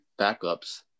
backups